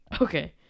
Okay